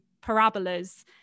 parabolas